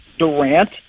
Durant